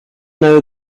now